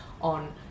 on